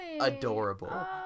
adorable